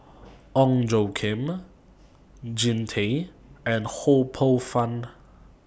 Ong Tjoe Kim Jean Tay and Ho Poh Fun